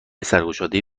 سرگشادهای